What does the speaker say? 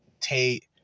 Tate